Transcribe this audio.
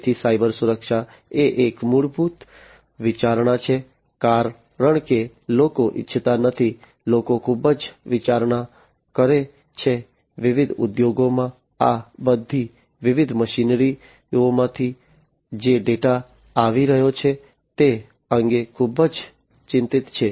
તેથી સાયબર સુરક્ષા એ એક મૂળભૂત વિચારણા છે કારણ કે લોકો ઇચ્છતા નથી લોકો ખૂબ જ વિચારણા કરે છે વિવિધ ઉદ્યોગોમાં આ બધી વિવિધ મશીનરીઓમાંથી જે ડેટા આવી રહ્યો છે તે અંગે ખૂબ જ ચિંતિત છે